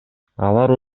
алар